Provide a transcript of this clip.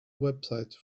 website